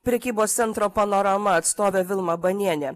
prekybos centro panorama atstovė vilma banienė